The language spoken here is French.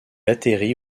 atterrit